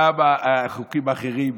גם החוקים האחרים.